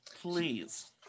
Please